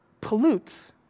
pollutes